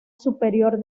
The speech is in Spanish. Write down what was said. superior